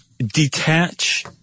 Detach